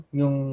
yung